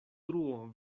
truo